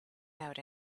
out